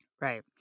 right